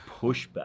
pushback